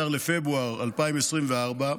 2024,